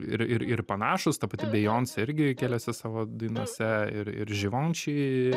ir ir ir panašūs ta pati bejoncė irgi kėlėsi savo dainose ir ir živonši